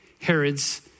Herod's